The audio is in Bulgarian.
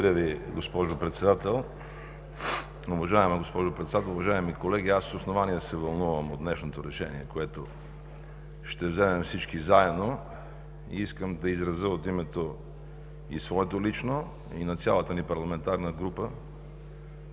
Благодаря Ви, госпожо Председател. Уважаема госпожо Председател, уважаеми колеги! С основание се вълнувам от днешното решение, което ще вземем всички заедно. Искам да изразя от името – и своето лично, и на цялата ни парламентарна група,